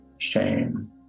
shame